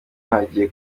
hagiye